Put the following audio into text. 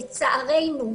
לצערנו,